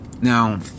Now